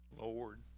Lord